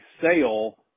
sale